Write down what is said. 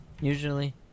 Usually